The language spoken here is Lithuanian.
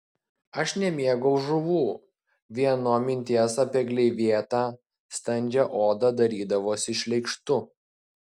aš nemėgau žuvų vien nuo minties apie gleivėtą standžią odą darydavosi šleikštu